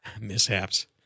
mishaps